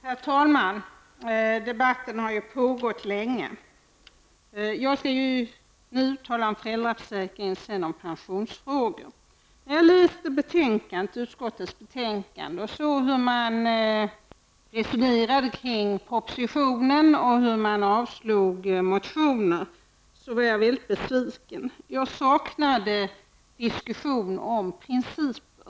Herr talman! Debatten har pågått länge. Jag skall nu tala om föräldraförsäkringen och sedan om pensionsfrågor. När jag läste utskottets betänkande och såg hur man resonerade kring propositionen och hur man avstyrkte motioner, blev jag väldigt besviken. Jag saknade en diskussion om principer.